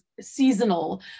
seasonal